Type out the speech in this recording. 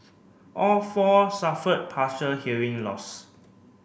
all four suffered partial hearing loss